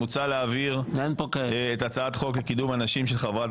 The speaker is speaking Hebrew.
מוצע להעביר את הצעת החוק לקידום הנשים של חברת